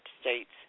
States